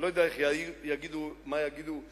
אני לא יודע מה יגידו בקדימה,